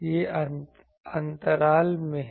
यह अंतराल में है